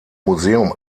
museum